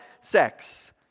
sex